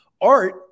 Art